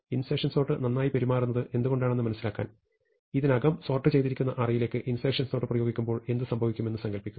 insertion sort നന്നായി പെരുമാറുന്നത് എന്തുകൊണ്ടാണെന്ന് മനസ്സിലാക്കാൻ ഇതിനകം സോർട്ട് ചെയ്തിരിക്കുന്ന അറേയിലേക്ക് ഇൻസെർഷൻ സോർട്ട് പ്രയോഗിക്കുമ്പോൾ എന്ത് സംഭവിക്കുമെന്ന് സങ്കൽപ്പിക്കുക